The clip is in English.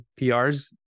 PRs